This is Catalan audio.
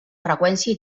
freqüència